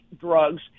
drugs